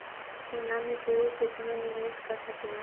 सोना मे केहू केतनो निवेस कर सकेले